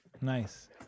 Nice